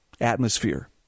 atmosphere